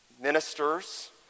ministers